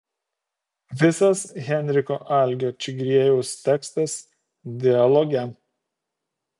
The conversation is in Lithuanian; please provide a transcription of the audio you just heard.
visas henriko algio čigriejaus tekstas dialoge